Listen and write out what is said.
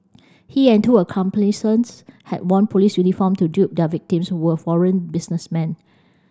he and two accomplices had worn police uniform to dupe their victims who were foreign businessmen